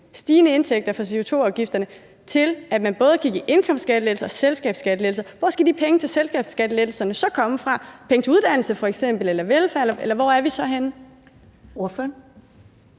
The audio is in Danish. stigende indtægter fra CO2-afgifter, til, at man både kan give indkomstskattelettelser og selskabsskattelettelser, hvor de penge til selskabsskattelettelserne så skal komme fra? Penge til uddannelse eller velfærd, eller hvor er vi så henne? Kl.